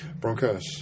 Broncos